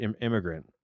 immigrant